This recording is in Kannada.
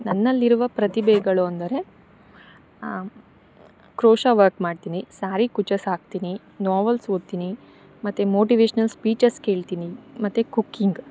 ನನ್ನಲ್ಲಿರುವ ಪ್ರತಿಭೆಗಳು ಅಂದರೆ ಕ್ರೋಶ ವರ್ಕ್ ಮಾಡ್ತಿನಿ ಸಾರಿ ಕುಚ್ಚಸ್ ಹಾಕ್ತಿನಿ ನೋವಲ್ಸ್ ಓದ್ತಿನಿ ಮತ್ತು ಮೋಟಿವೇಶ್ನಲ್ ಸ್ಪೀಚಸ್ ಕೇಳ್ತಿನಿ ಮತ್ತು ಕುಕ್ಕಿಂಗ್